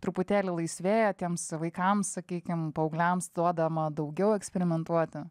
truputėlį laisvėja tiems vaikams sakykim paaugliams duodama daugiau eksperimentuoti